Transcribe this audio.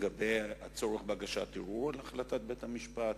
לגבי הצורך בהגשת ערעור על החלטת בית-המשפט?